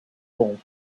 bom